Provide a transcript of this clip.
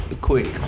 quick